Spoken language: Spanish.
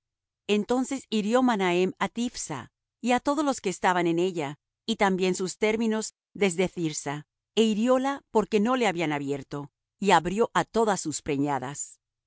entonces hirió manahem á tiphsa y á todos los que estaban en ella y también sus términos desde thirsa é hirióla porque no le habían abierto y abrió á todas sus preñadas